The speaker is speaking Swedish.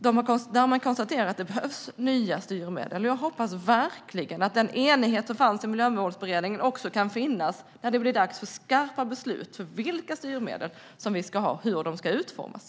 Där har man konstaterat att det behövs nya styrmedel, och jag hoppas verkligen att den enighet som fanns i Miljömålsberedningen också kan finnas när det blir dags för skarpa beslut om vilka styrmedel vi ska ha och hur de ska utformas.